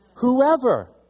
Whoever